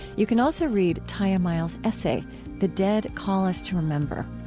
you can also read tiya miles' essay the dead call us to remember.